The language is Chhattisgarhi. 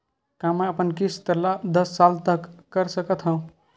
का मैं अपन किस्त ला दस साल तक कर सकत हव?